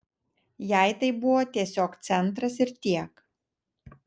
jai tai buvo tiesiog centras ir tiek